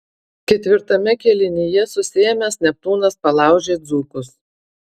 ketvirtame kėlinyje susiėmęs neptūnas palaužė dzūkus